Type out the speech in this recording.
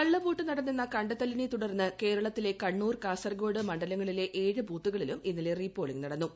കള്ളവോട്ട് നടന്നെന്ന കണ്ടെത്തലിനെ തുടർന്ന് കേരളത്തിലെ കണ്ണൂർ കാസർകോഡ് മണ്ഡലങ്ങളിലെ ഏഴ് ബൂത്തുകളിലും ഇന്നലെ റീ പോളിംഗ് നടന്നു